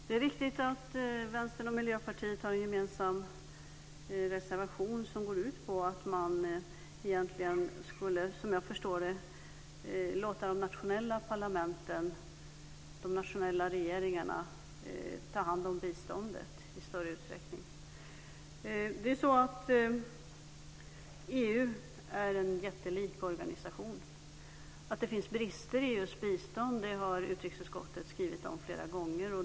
Herr talman! Det är riktigt att Vänstern och Miljöpartiet har en gemensam reservation som går ut på att man egentligen - som jag förstår det - skulle låta de nationella parlamenten och regeringarna ta hand om biståndet i större utsträckning. EU är en jättelik organisation. Utrikesutskottet har flera gånger skrivit om att det finns brister i EU:s bistånd.